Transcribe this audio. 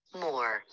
More